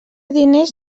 diners